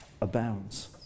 abounds